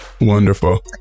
Wonderful